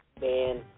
man